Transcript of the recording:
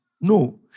No